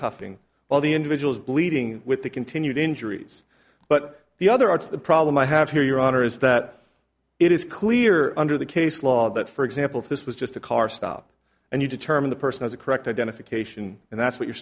fing all the individuals bleeding with the continued injuries but the other are to the problem i have here your honor is that it is clear under the case law that for example if this was just a car stop and you determine the person has a correct identification and that's what you're